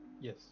Yes